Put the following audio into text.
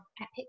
epic